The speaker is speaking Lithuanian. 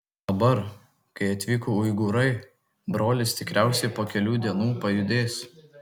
dabar kai atvyko uigūrai brolis tikriausiai po kelių dienų pajudės